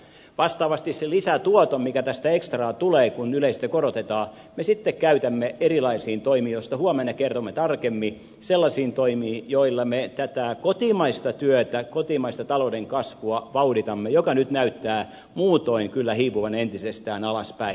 vastaavasti sen lisätuoton mikä tästä ekstraa tulee kun yleistä korotetaan me sitten käytämme erilaisiin toimiin joista huomenna kerromme tarkemmin sellaisiin toimiin joilla me tätä kotimaista työtä kotimaista talouden kasvua vauhditamme joka nyt näyttää muutoin kyllä hiipuvan entisestään alaspäin